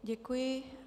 Děkuji.